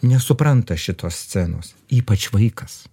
nesupranta šitos scenos ypač vaikas